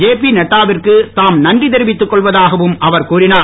JP நட்டாவிற்கு தாம் நன்றி தெரிவித்துக் கொள்வதாகவும் அவர் கூறினார்